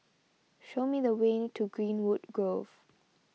show me the way to Greenwood Grove